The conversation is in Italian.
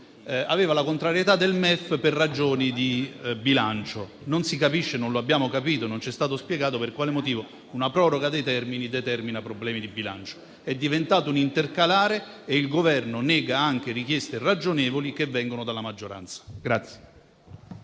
aveva la contrarietà del MEF per ragioni di bilancio, ma non si capisce, non lo abbiamo capito e non ci è stato spiegato per quale motivo una proroga dei termini determini problemi di bilancio. È diventato un intercalare e il Governo nega anche richieste ragionevoli che vengono dalla maggioranza.